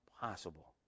possible